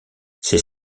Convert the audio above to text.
ses